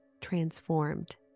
transformed